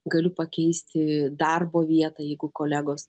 galiu pakeisti darbo vietą jeigu kolegos